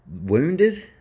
wounded